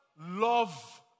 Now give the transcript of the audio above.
love